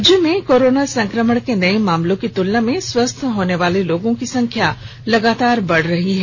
राज्य में कोरोना संक्रमण के नए मामलों की तुलना में स्वस्थ होनेवाले लोगों की संख्या लगातार बढ़ रही है